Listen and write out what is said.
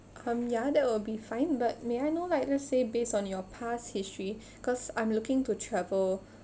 um ya that will be fine but may I know like let's say based on your past history because I'm looking to travel